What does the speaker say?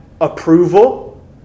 approval